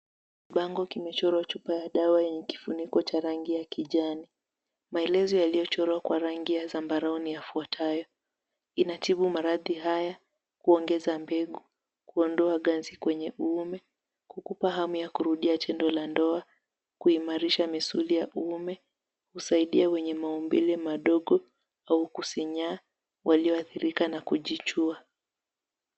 Kibango kimechorwa chupa ya dawa yenye kifuniko ya kijani. Maelezo yaliyochorwa kwa rangi ya zambarau ni yafuatayo: Inatibu maradhi haya, kuongeza mbegu, kuondoa ganzi kwenye uume, kukupa hamu ya kurudia tendo la ndoa, kuimarisha misuli ya uume, kusaidia wenye maumbile madogo au kusinyaa walioathirika na kujichua.